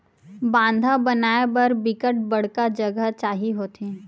बांधा बनाय बर बिकट बड़का जघा चाही होथे